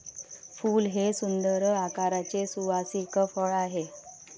फूल हे सुंदर आकाराचे सुवासिक फळ आहे